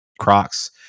Crocs